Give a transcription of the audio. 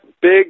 big